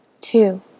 Two